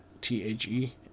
T-H-E